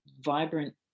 vibrant